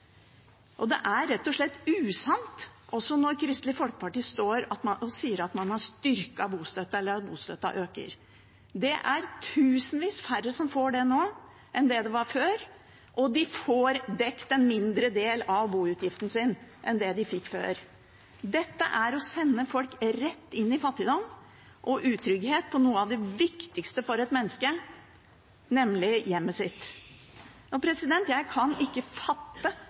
rett og slett usant når Kristelig Folkeparti står og sier at man har styrket bostøtten, og at bostøtten øker. Tusenvis færre får det nå enn før, og de får dekket en mindre del av boutgiftene sine enn det de fikk før. Dette er å sende folk rett inn i fattigdom og utrygghet på noe av det viktigste for et menneske, nemlig hjemmet sitt. Jeg kan ikke fatte